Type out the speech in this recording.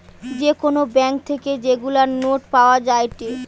যে কোন ব্যাঙ্ক থেকে যেগুলা নোট পাওয়া যায়েটে